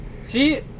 See